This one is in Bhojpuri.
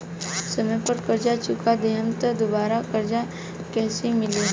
समय पर कर्जा चुका दहम त दुबाराकर्जा कइसे मिली?